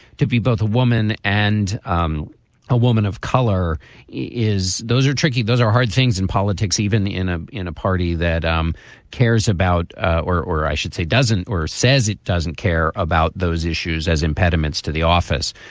to be both a woman and um a woman of color is those are tricky. those are hard things in politics, even in a in a party that um cares about or or i should say doesn't or says it doesn't care about those issues as impediments to the office.